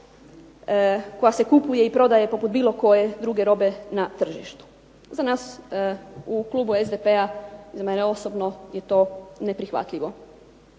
koja se kupuje i prodaje poput bilo koje druge robe na tržištu. Za nas u klubu SDP-a, za mene osobno je to neprihvatljivo.